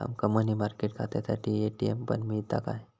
आमका money market खात्यासाठी ATM पण मिळता काय?